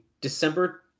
december